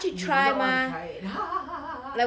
you would not want to try it